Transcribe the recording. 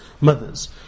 mothers